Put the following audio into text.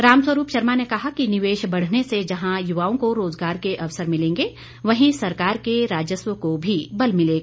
रामस्वरूप शर्मा ने कहा कि निवेश बढ़ने से जहां युवाओं को रोजगार के अवसर मिलेंगे वहीं सरकार के राजस्व को भी बल मिलेगा